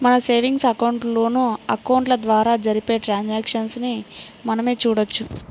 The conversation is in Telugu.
మన సేవింగ్స్ అకౌంట్, లోన్ అకౌంట్ల ద్వారా జరిపే ట్రాన్సాక్షన్స్ ని మనమే చూడొచ్చు